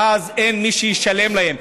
ואז אין מי שישלם להם.